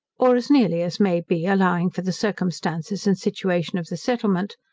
or as nearly as may be, allowing for the circumstances and situation of the settlement,